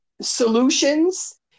solutions